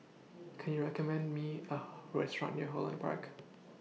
Can YOU recommend Me A Restaurant near Holland Park